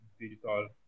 digital